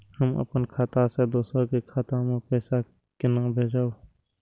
हम अपन खाता से दोसर के खाता मे पैसा के भेजब?